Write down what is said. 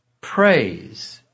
praise